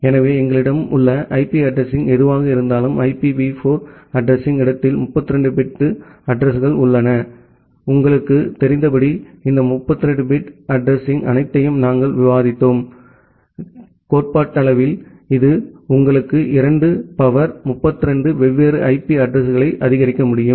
எனவே எங்களிடம் உள்ள ஐபி அட்ரஸிங் எதுவாக இருந்தாலும் ஐபிவி 4 அட்ரஸிங் இடத்தில் 32 பிட் அட்ரஸிங்கள் உள்ளன உங்களுக்குத் தெரிந்தபடி இந்த 32 பிட் ஐபி அட்ரஸிங் அனைத்தையும் நாங்கள் விவாதித்தோம் கோட்பாட்டளவில் இது உங்களுக்கு 2 சக்தி 32 வெவ்வேறு ஐபி அட்ரஸிங்களை ஆதரிக்க முடியும்